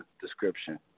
description